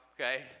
okay